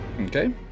Okay